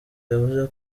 yavuze